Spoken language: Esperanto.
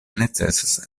necesas